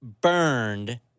burned